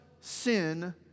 sin